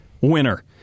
winner